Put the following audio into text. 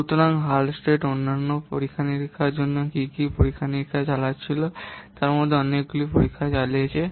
সুতরাং হালস্টেড অন্যান্য পরীক্ষা নিরীক্ষাগুলি কী কী পরীক্ষা নিরীক্ষা চালিয়েছিল তার মধ্যে অনেকগুলি পরীক্ষা চালিয়েছে